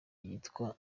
yitwa